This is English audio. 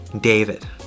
David